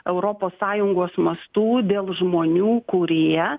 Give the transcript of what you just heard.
europos sąjungos mastu dėl žmonių kurie